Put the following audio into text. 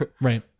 Right